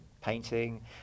painting